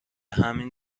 همین